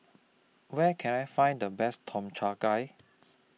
Where Can I Find The Best Tom Cha Gai